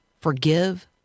forgive